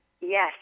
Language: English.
Yes